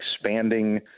expanding